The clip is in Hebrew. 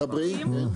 דברי.